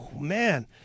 man